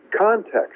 context